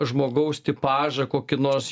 žmogaus tipažą kokį nors